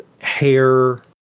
hair